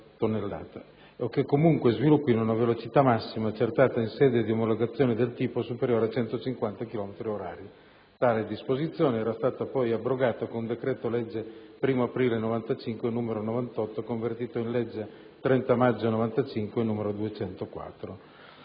che comunque sviluppino una velocità massima accertata in sede di omologazione del tipo superiore a 150 chilometri orari. Tale disposizione era stata poi abrogata con il decreto-legge 1° aprile 1995, n. 98, convertito in legge 30 maggio 1995 n. 204.